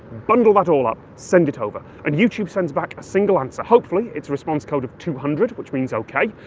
bundle that all up, send it over. and youtube sends back a single answer hopefully it's a response code of two hundred, which means ok,